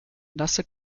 nasse